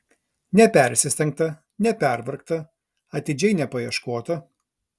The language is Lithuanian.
nepersistengta nepervargta atidžiau nepaieškota